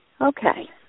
Okay